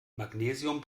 magnesium